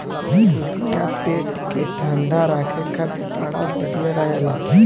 पुदीना पेट के ठंडा राखे खातिर बड़ा बढ़िया रहेला